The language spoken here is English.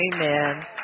Amen